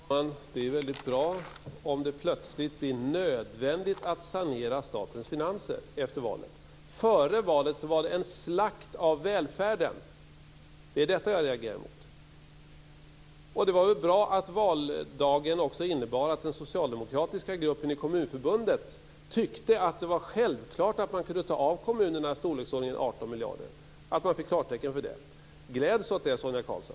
Fru talman! Det är väldigt bra om det plötsligt blir "nödvändigt" att sanera statens finanser efter valet. Före valet var det en slakt av välfärden! Det är detta jag reagerar emot. Det var väl också bra att valdagen innebar att den socialdemokratiska gruppen i Kommunförbundet tyckte att det var självklart att kunna ta ifrån kommunerna i storleksordningen 18 miljarder och också fick klartecken för det. Gläds åt det, Sonia Karlsson!